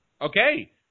Okay